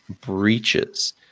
breaches